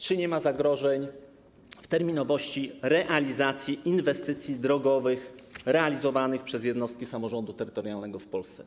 Czy nie ma zagrożeń dla terminowości realizacji inwestycji drogowych realizowanych przez jednostki samorządu terytorialnego w Polsce?